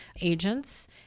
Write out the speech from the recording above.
agents